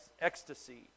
ecstasy